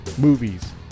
movies